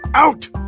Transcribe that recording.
out!